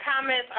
comments